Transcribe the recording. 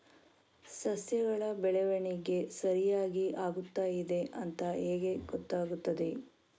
ಸಸ್ಯಗಳ ಬೆಳವಣಿಗೆ ಸರಿಯಾಗಿ ಆಗುತ್ತಾ ಇದೆ ಅಂತ ಹೇಗೆ ಗೊತ್ತಾಗುತ್ತದೆ?